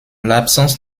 l’absence